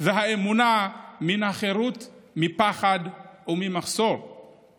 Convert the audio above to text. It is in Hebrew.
והאמונה ומן החירות מפחד וממחסור,